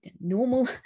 normal